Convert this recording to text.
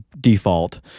default